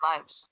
lives